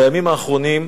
בימים האחרונים,